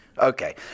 Okay